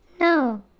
No